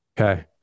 Okay